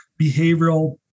behavioral